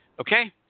Okay